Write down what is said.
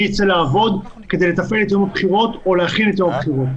מי יצא לעבוד כדי לתפעל את יום הבחירות או להכין את יום הבחירות.